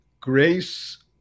Grace